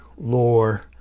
lore